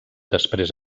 després